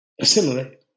assimilate